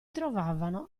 trovavano